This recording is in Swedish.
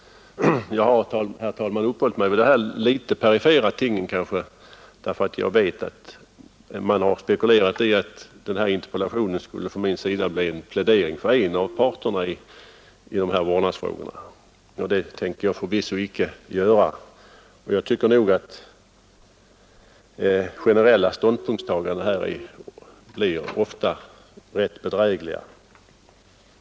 Jag har, herr talman, uppehållit mig vid de här kanske litet perifera tingen därför att jag vet att man har spekulerat i att det i denna interpellationsdebatt skulle bli en plädering för en av parterna i vårdnadsfrågorna från min sida. Något sådant tänker jag förvisso inte ge mig in på, och jag tycker faktiskt att generella ståndpunktstaganden här ofta blir rätt bedrägliga.